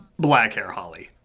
black hair holli.